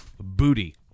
Booty